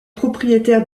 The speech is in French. propriétaire